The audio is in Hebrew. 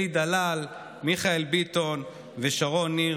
אלי דלל, מיכאל ביטון ושרון ניר.